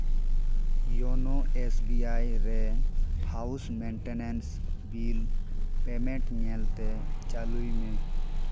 YONO S B I ᱨᱮ house maintenance bill payment ᱧᱮᱞ ᱛᱮ ᱪᱟᱹᱞᱩᱭ ᱢᱮ